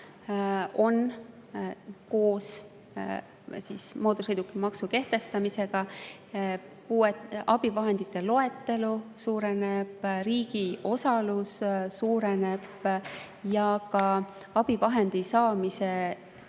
koos mootorsõidukimaksu kehtestamisega. Abivahendite loetelu [täieneb], riigi osalus suureneb ja ka abivahendi saamise